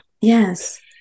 yes